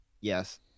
Yes